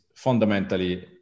fundamentally